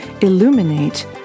Illuminate